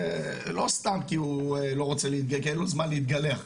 זה לא סתם כי הוא לא רוצה או אין לו זמן להתגלח,